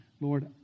Lord